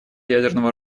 ядерного